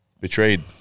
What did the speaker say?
betrayed